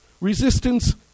resistance